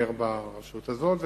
חבר ברשות הזאת.